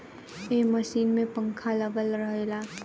ए machine में पंखा लागल रहेला